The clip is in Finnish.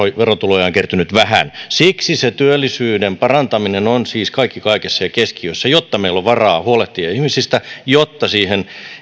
verotuloja on kertynyt vähän siksi se työllisyyden parantaminen on kaikki kaikessa siellä keskiössä jotta meillä on varaa huolehtia ihmisistä ja jotta siihen